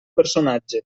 personatge